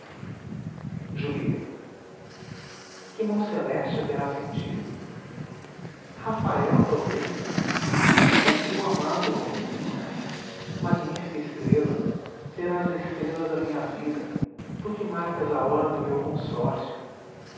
mão celeste a terá acendido rafael talvez ou tu amado romeu magnífica estrela serás a estrela da minha vida tu que marcas a hora do meu consórcio